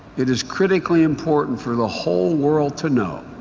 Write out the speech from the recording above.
it is critically important for the whole world to know